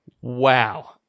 Wow